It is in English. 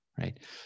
right